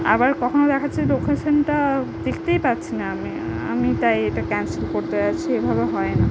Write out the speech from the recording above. আবার কখনো দেখাচ্ছে লোকেশানটা দেখতেই পাচ্ছি না আমি আমি তাই এটা ক্যান্সেল করতে চাইছি এভাবে হয় না